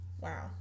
wow